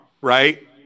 right